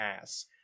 ass